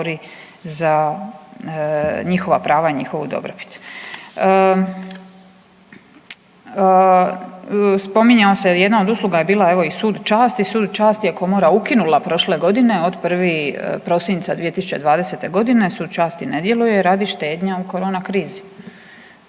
za njihova prava i njihovu dobrobit. Spominjao se, jedna od usluga je bila evo i sud časti, sud časti je komora ukinula prošle godine od 1. prosinca 2020.g., sud časti ne djeluje radi štednje u korona krizi,